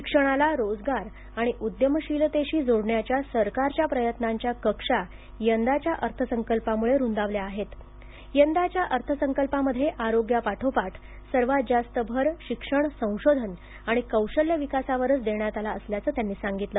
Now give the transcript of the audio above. शिक्षणाला रोजगार आणि उद्यमशीलतेशी जोडण्याच्या सरकारच्या प्रयत्नांच्या कक्षा यंदाच्या अर्थसंकल्पामुळे रुंदावल्या आहेत यंदाच्या अर्थसंकल्पामध्ये आरोग्यापाठोपाठ सर्वात जास्त भर शिक्षण संशोधन आणि कौशल्य विकासावरच देण्यात आला असल्याचं त्यांनी सांगितलं